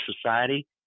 society